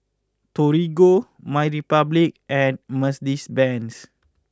Torigo MyRepublic and Mercedes Benz